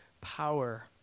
power